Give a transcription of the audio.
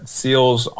seals